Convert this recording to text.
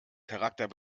charakter